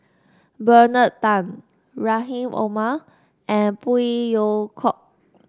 Bernard Tan Rahim Omar and Phey Yew Kok